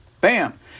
bam